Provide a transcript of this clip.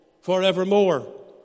forevermore